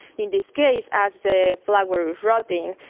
in this case, as the flower was rotting,